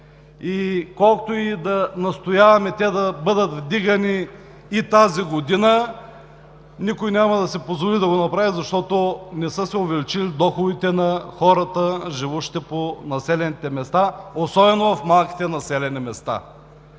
и колкото и да настояваме да бъдат вдигани и тази година, никой няма да си позволи да го направи, защото не са се увеличили доходите на хората, живущи по населените места, особено в малките населени места.